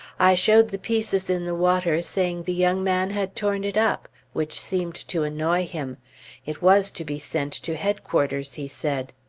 i showed the pieces in the water, saying the young man had torn it up, which seemed to annoy him it was to be sent to headquarters, he said.